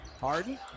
Harden